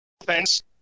offense